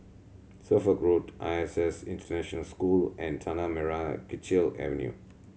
Suffolk Road I S S International School and Tanah Merah Kechil Avenue